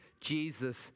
Jesus